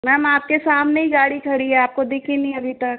ma'am आप के सामने ही गाड़ी खड़ी है आपको दिखी नहीं अभी तक